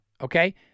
okay